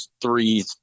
three